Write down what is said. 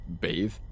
bathe